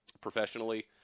professionally